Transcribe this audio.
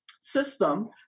system